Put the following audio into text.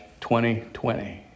2020